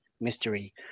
Mystery